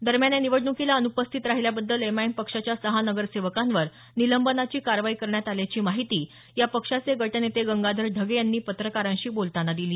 दरम्यान या निवडणुकीला अनुपस्थित राहिल्याबद्दल एम आय एम पक्षाच्या सहा नगरसेवकांवर निलंबनाची कारवाई करण्यात आल्याची माहिती या पक्षाचे गटनेते गंगाधर ढगे यांनी पत्रकारांशी बोलताना दिली